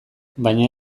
baina